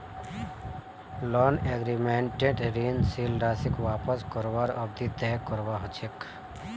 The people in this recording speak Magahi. लोन एग्रीमेंटत ऋण लील राशीक वापस करवार अवधि तय करवा ह छेक